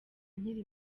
nkiri